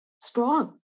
strong